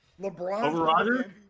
LeBron